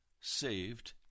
saved